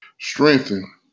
strengthen